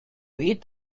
eat